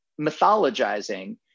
mythologizing